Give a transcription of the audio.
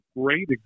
great